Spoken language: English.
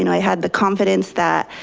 and i had the confidence that